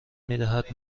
میدهد